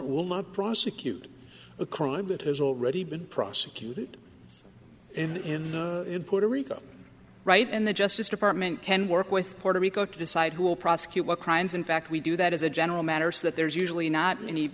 will not prosecute a crime that has already been prosecuted in puerto rico right and the justice department can work with puerto rico to decide who will prosecute what crimes in fact we do that as a general matter so that there's usually not many